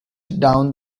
down